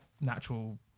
natural